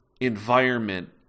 environment